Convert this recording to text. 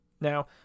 Now